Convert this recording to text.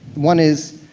one is,